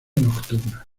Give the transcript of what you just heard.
nocturna